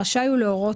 רשאי הוא להורות,